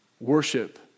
worship